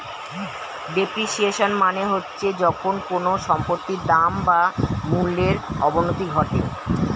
depreciation মানে হচ্ছে যখন কোনো সম্পত্তির দাম বা মূল্যর অবনতি ঘটে